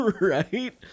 right